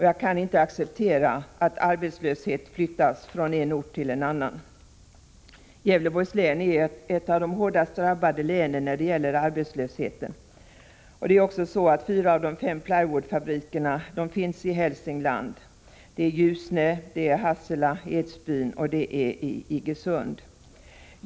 Jag kan inte acceptera att arbetslöshet flyttas från en ort till en annan. Gävleborgs län är ett av de län som drabbats hårdast av arbetslösheten. Fyra av de fem plywoodfabrikerna ligger i Hälsingland — i Ljusne, Hassela, Edsbyn och Iggesund.